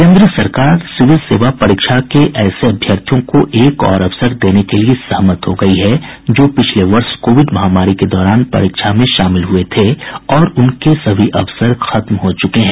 केंद्र सरकार सिविल सेवा परीक्षा के ऐसे अभ्यर्थियों को एक और अवसर देने के लिए सहमत हो गई है जो पिछले वर्ष कोविड महामारी के दौरान परीक्षा में शामिल हए थे और उनके सभी अवसर खत्म हो चुके हैं